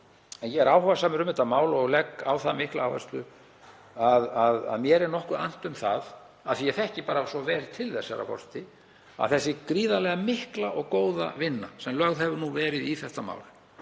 En ég er áhugasamur um þetta mál og legg á það mikla áherslu að mér er nokkuð annt um það, af því ég þekki svo vel til þess, herra forseti, að sú gríðarlega mikla og góða vinna sem lögð hefur verið í þetta mál